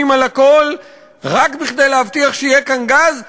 על הכול רק כדי להבטיח שיהיה כאן גז,